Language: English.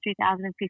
2015